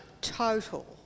total